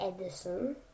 Edison